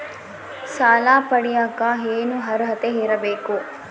ಸಾಲ ಪಡಿಯಕ ಏನು ಅರ್ಹತೆ ಇರಬೇಕು?